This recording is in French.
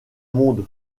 monde